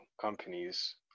companies